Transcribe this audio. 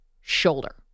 shoulder